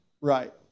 Right